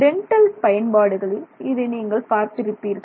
dental பயன்பாடுகளில் இதை நீங்கள் பார்த்திருப்பீர்கள்